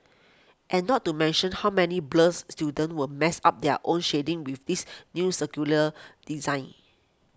and not to mention how many blurs students will mess up their own shading with this new circular design